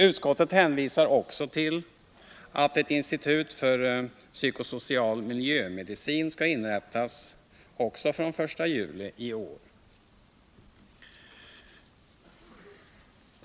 Utskottet hänvisar också till att ett institut för psykosocial miljömedicin skall inrättas den 1 juli i år.